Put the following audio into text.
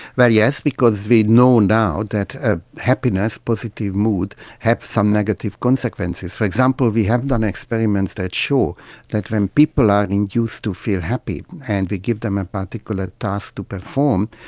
well, yes because we know now that ah happiness, positive mood, has some negative consequences. for example, we have done experiments that show that when people are induced to feel happy and we give them a particular task to perform,